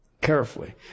Carefully